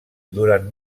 durant